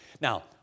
Now